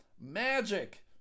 Magic